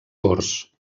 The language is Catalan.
corts